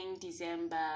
December